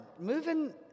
Moving